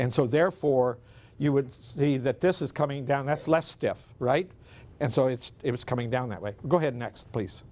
and so therefore you would see that this is coming down that's less deaf right and so it's it's coming down that way go ahead next pl